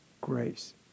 grace